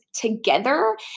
together